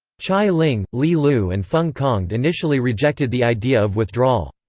chai ling, li lu and feng congde initially rejected the idea of withdrawal.